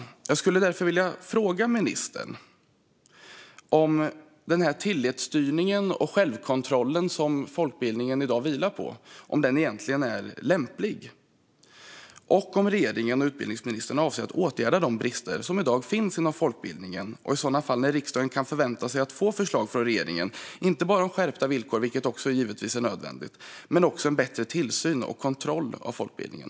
Jag vill därför fråga ministern om den tillitsstyrning och självkontroll som folkbildningen i dag vilar på egentligen är lämplig. Avser regeringen och utbildningsministern att åtgärda de brister som i dag finns inom folkbildningen? När kan riksdagen i sådana fall förvänta sig att få förslag från regeringen om inte bara skärpta villkor, vilket givetvis också är nödvändigt, utan också bättre tillsyn och kontroll av folkbildningen?